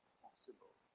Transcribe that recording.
possible